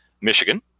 Michigan